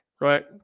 right